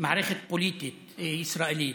מערכת פוליטית ישראלית.